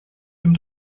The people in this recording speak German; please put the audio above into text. dem